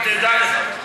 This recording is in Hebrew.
תדע לך.